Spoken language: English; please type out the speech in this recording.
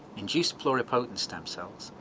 induced pluripotent stem cells,